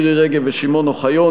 מירי רגב ושמעון אוחיון,